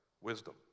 wisdom